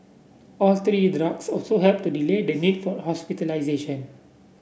all three drugs also helped to delay the need for hospitalisation